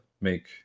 make